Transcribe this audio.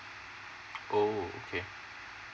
oh okay